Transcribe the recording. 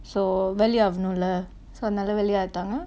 so வெளிய ஆவனுல:veliya aavunula so அதுனால வெளிய ஆயிட்டாங்க:athunaala veliya aayitaanga